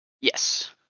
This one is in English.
Yes